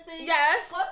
Yes